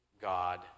God